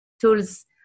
Tools